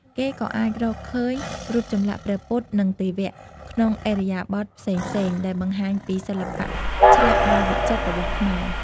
គេក៏អាចរកឃើញ រូបចម្លាក់ព្រះពុទ្ធ និងទេវៈ ក្នុងឥរិយាបថផ្សេងៗ ដែលបង្ហាញពីសិល្បៈឆ្លាក់ដ៏វិចិត្ររបស់ខ្មែរ។